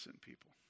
People